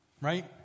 Right